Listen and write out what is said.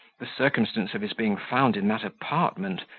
the circumstance of his being found in that apartment,